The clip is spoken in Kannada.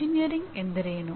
ಎಂಜಿನಿಯರಿಂಗ್ ಎಂದರೇನು